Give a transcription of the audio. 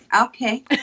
Okay